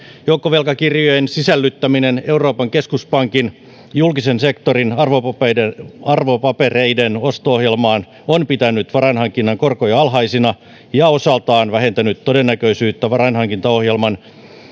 joukkovelkakirjojen sisällyttäminen euroopan keskuspankin julkisen sektorin arvopapereiden arvopapereiden osto ohjelmaan on pitänyt varainhankinnan korkoja alhaisina ja osaltaan vähentänyt todennäköisyyttä varainhankintaohjelman